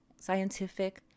scientific